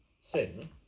sin